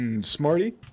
Smarty